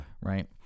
Right